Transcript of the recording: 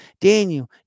daniel